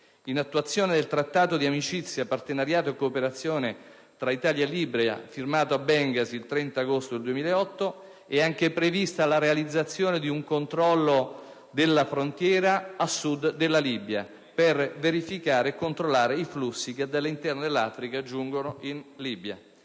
In attuazione del Trattato di amicizia, partenariato e cooperazione tra Italia e Libia, firmato a Bengasi il 30 agosto 2008, è anche indicata la realizzazione di un controllo della frontiera a sud della Libia per verificare e controllare i flussi che giungono nel